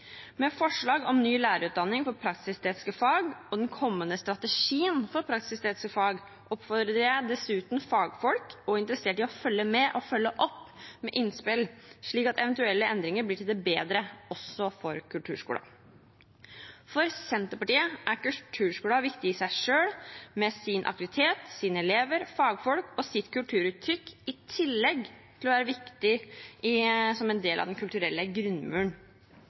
Med forslag om ny lærerutdanning for praktisk-estetiske fag og den kommende strategien for praktisk-estetiske fag oppfordrer jeg dessuten fagfolk og interesserte til å følge med og følge opp med innspill, slik at eventuelle endringer blir til det bedre, også for kulturskolen. For Senterpartiet er kulturskolen viktig i seg selv, med sin aktivitet, sine elever, fagfolk og sitt kulturuttrykk, og i tillegg er den en viktig del av den kulturelle grunnmuren.